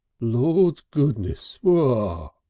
lord's goodness! wow!